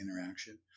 interaction